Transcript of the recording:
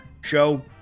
show